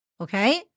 Okay